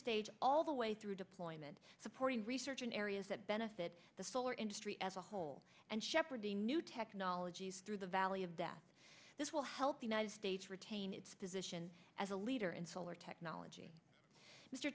stage all the way through deployment supporting research in areas that benefit the solar industry as a whole and shepherd the new technologies through the valley of death this will help the united states retain its position as a leader in solar technology